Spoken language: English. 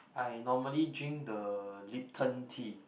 I normally drink the Lipton tea